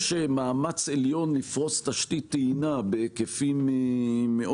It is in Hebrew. יש מאמץ עליון לפרוס תשתית טעינה בהיקפים מאוד